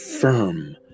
firm